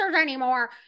anymore